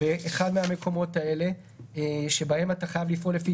באחד מן המקומות האלה שבהם אתה חייב לפעול לפי